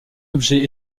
objet